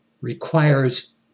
requires